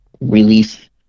release